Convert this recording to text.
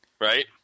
Right